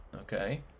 okay